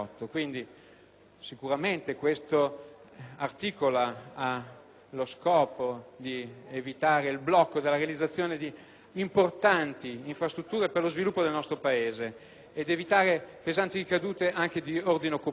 dunque, lo scopo di evitare il blocco della realizzazione di importanti infrastrutture per lo sviluppo del nostro Paese e pesanti ricadute anche di ordine occupazionale.